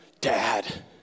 Dad